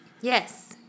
Yes